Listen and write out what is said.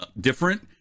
different